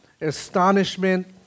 astonishment